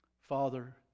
father